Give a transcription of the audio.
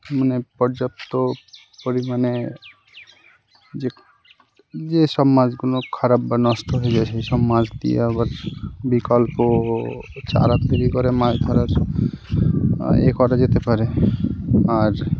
মানে পর্যাপ্ত পরিমাণে যে যে সব মাছগুলো খারাপ বা নষ্ট হয়ে গিয়েছে সেই সব মাছ দিয়ে আবার বিকল্প চারা তৈরি করে মাছ ধরার এ করা যেতে পারে আর